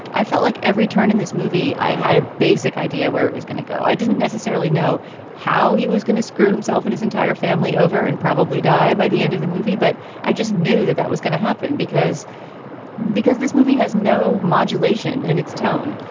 i felt like every turn in this movie, i had a basic idea where it was gonna go. i didn't necessarily know how he was gonna screw himself and his entire family over and probably die by the end of the movie. but i just knew that that was gonna happen because because this movie has no modulation in its tone.